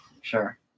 sure